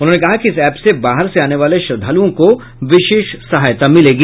उन्होंने कहा कि इस एप से बाहर से आने वाले श्रद्वालुओं को विशेष सहायता मिलेगी